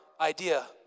idea